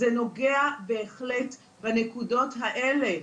זה נוגע בהחלט בנקודות האלה.